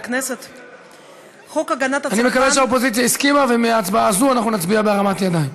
אני מקווה שהאופוזיציה הסכימה ומההצבעה הזאת אנחנו נצביע בהרמת ידיים.